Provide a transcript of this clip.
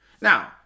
Now